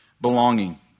belonging